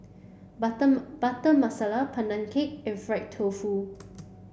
butter butter Masala Pandan cake and fried tofu